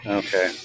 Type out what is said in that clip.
okay